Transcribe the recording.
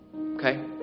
Okay